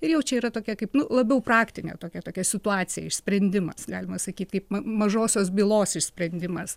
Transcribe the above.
ir jau čia yra tokia kaip nu labiau praktinė tokia tokia situacija išsprendimas galima sakyti kaip mažosios bylos išsprendimas